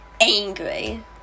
angry